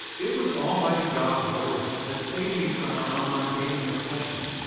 it was almighty god's words that saved me from my online gaming obsession,